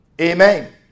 Amen